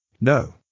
No